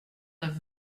neuf